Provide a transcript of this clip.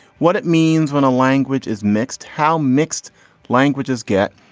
what it means when a language is mixed, how mixed languages get,